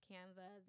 Canva